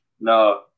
No